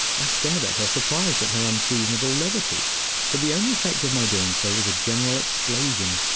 i stared at her, surprised at her unseasonable levity but the only effect of my doing so was a general explosion,